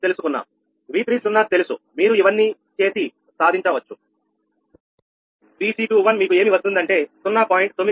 V30 తెలుసు మీరు ఇవన్నీ నీ చేసి సాధించవచ్చు Vc21 మీకు ఏమి వస్తుందంటే 0